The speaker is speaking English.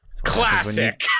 Classic